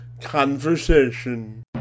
conversation